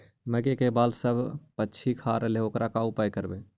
मकइ के बाल सब पशी खा जा है ओकर का उपाय करबै?